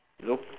look